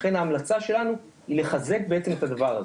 לכן ההמלצה שלנו היא בעצם לחזק את הדבר הזה.